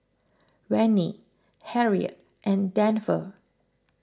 Vennie Harriet and Denver